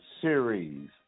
series